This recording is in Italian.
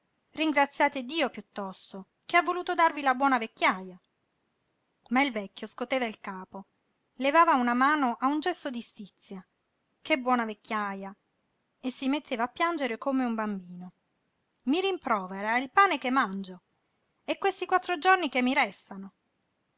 ringraziate dio piuttosto che ha voluto darvi la buona vecchiaja ma il vecchio scoteva il capo levava una mano a un gesto di stizza che buona vecchiaja e si metteva a piangere come un bambino i rimprovera il pane che mangio e questi quattro giorni che mi restano